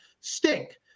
stink